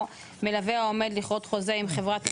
"מלווה העומד לכרות חוזה עם חברת תשלום,